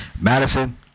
Madison